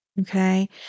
okay